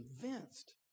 convinced